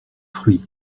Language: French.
fruits